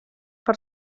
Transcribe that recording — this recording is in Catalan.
per